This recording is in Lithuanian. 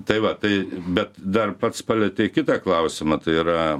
tai va tai bet dar pats palietei kitą klausimą tai yra